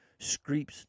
Screeps